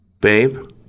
babe